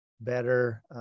better